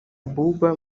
abuba